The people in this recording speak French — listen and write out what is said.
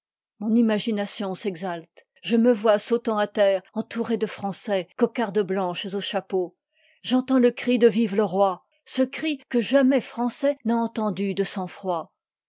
mon imagination s'exalte je me tois sautant à terre entoure de français cocardes blanches aut chapeaux j'entends le cri de fv le roi fc ce cri que jamais français n'a entendu de sang-froid